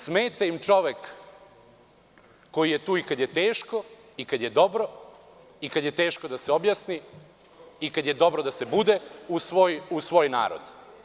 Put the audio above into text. Smeta im čovek koji je tu i kada je teško i kada je dobro i kada je teško da se objasni i kada je dobro da se bude uz svoj narod.